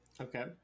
Okay